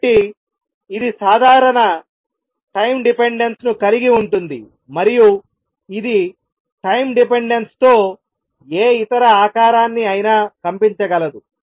కాబట్టి ఇది సాధారణ టైం డిపెండెన్స్ ను కలిగి ఉంటుంది మరియు ఇది టైం డిపెండెన్స్ తో ఏ ఇతర ఆకారాన్ని అయినా కంపించగలదు